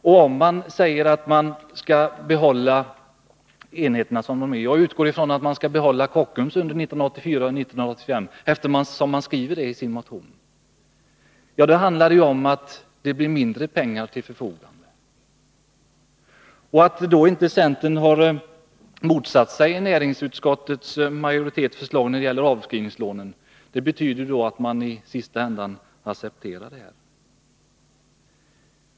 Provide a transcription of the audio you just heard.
Om man skall behålla enheterna som de är — jag utgår från att man skall behålla Kockums under 1984 och 1985, eftersom man skriver det i sin motion — handlar det ju om att det blir mindre pengar till förfogande. Att centern inte har motsatt sig näringsutskottets majoritetsskrivning när det gäller avskrivningslånen betyder då att man i sista änden accepterar detta.